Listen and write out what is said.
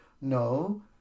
no